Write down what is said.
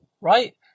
right